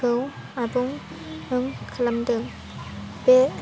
खौ आबुं खालामदों बे